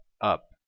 up